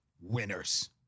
winners